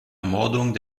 ermordung